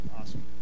awesome